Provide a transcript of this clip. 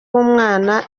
w’umwana